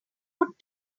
put